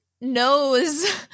knows